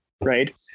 Right